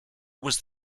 was